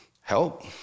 help